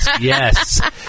Yes